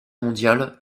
mondiale